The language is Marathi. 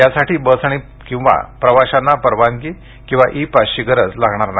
यासाठी बस किंवा प्रवाशांना परवानगी किंवा ई पासची गरज लागणार नाही